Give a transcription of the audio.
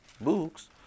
books